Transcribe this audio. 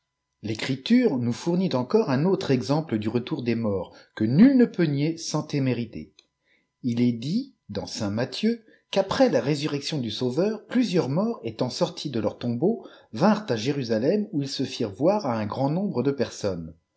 l'ecriture nous fournit encore un autre exemple du retour des morts que nul ne peut nier sans témérité il est dit dans saint matthieu qu'après la résurrection du sauveur plusieurs morts étant sortis de leurs toinbeaux vinrent à jérusalem eu ils se firent voir à un grand nombre de personnes